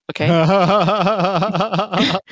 Okay